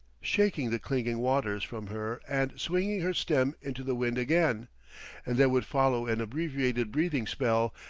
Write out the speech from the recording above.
shaking the clinging waters from her and swinging her stem into the wind again and there would follow an abbreviated breathing spell,